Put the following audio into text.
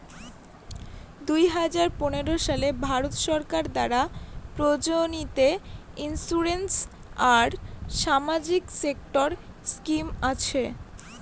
দুই হাজার পনেরো সালে ভারত সরকার দ্বারা প্রযোজিত ইন্সুরেন্স আর সামাজিক সেক্টর স্কিম আছে